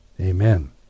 Amen